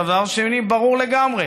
דבר שני, ברור לגמרי.